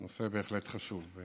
נושא בהחלט חשוב.